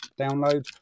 download